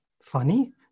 funny